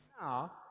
now